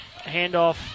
handoff